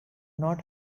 not